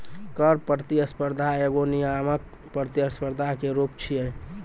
कर प्रतिस्पर्धा एगो नियामक प्रतिस्पर्धा के रूप छै